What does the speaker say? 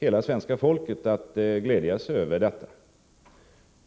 hela svenska folket att glädja sig över detta.